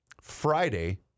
Friday